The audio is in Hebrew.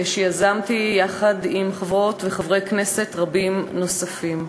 שיזמתי יחד עם חברות וחברי כנסת רבים נוספים.